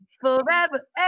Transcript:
forever